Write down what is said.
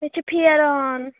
مےٚ چھُ پھیران